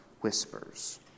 whispers